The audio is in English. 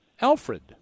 Alfred